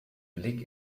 blick